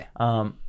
Okay